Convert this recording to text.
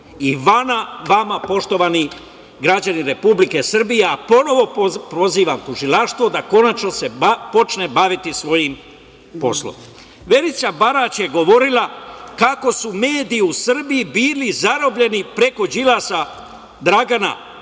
i vama poštovani građani Republike Srbije? Ponovo prozivam tužilaštvo da konačno se počne baviti svojim poslom. Verica Barać je govorila kako su mediji u Srbiji bili zarobljeni preko Dragana